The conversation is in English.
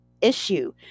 issue